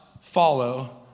follow